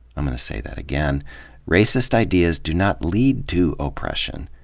i'm gonna say that again racist ideas do not lead to oppression,